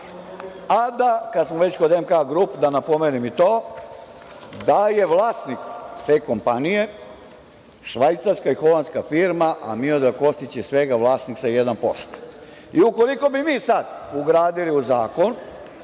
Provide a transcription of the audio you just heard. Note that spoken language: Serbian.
a da, kad smo već kod MK Grup da napomenem i to, da je vlasnik te kompanije švajcarska i holandska firma, a Miodrag Kostić je svega vlasnik sa 1%. Ukoliko bi mi sad ugradili u zakon